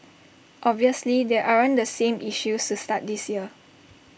obviously there aren't the same issues to start this year